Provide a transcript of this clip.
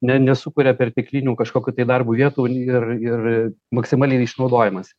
ne nesukuria perteklinių kažkokių tai darbo vietų ir ir maksimaliai išnaudojamas